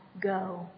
go